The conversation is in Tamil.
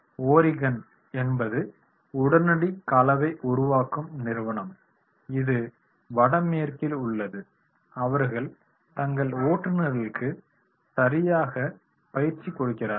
ஓரிகன் என்பது உடனடி கலவை உருவாக்கும் நிறுவனம் இது வட மேற்கில் உள்ளது அவர்கள் தங்கள் ஓட்டுநர்களுக்கு சரியாகப் பயிற்சி கொடுக்கிறார்கள்